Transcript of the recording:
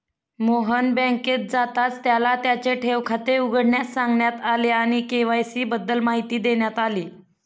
मोहन बँकेत जाताच त्याला त्याचे ठेव खाते उघडण्यास सांगण्यात आले आणि के.वाय.सी बद्दल माहिती देण्यात आली